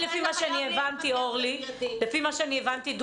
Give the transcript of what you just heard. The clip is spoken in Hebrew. לפי מה שהבנתי דודי,